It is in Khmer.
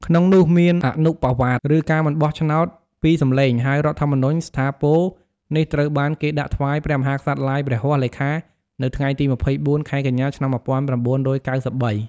ក្នុងនោះមាន អនុប្បវាទឬ ការមិនបោះឆ្នោត ២ សំឡេង ហើយរដ្ឋធម្មនុញ្ញស្ថាពរនេះត្រូវបានគេដាក់ថ្វាយព្រះមហាក្សត្រឡាយព្រះហស្តលេខានៅថ្ងៃទី២៤ ខែកញ្ញា ឆ្នាំ១៩៩៣។